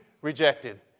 rejected